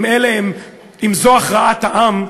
אם זו הכרעת העם,